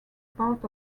parts